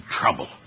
trouble